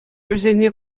вӗсене